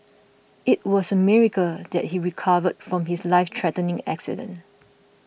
it was a miracle that he recovered from his life threatening accident